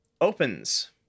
opens